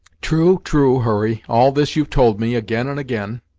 true true, hurry all this you've told me again and again.